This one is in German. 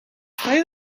freie